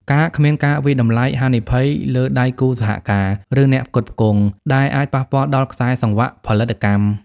ការគ្មានការវាយតម្លៃហានិភ័យលើដៃគូសហការ ឬអ្នកផ្គត់ផ្គង់ ដែលអាចប៉ះពាល់ដល់ខ្សែសង្វាក់ផលិតកម្ម។